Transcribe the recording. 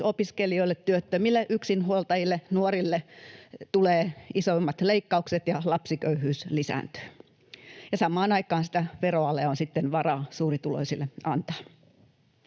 opiskelijoille, työttömille, yksinhuoltajille, nuorille tulee isoimmat leikkaukset ja lapsiköyhyys lisääntyy — ja samaan aikaan sitä veroalea on sitten varaa suurituloisille antaa.